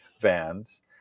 vans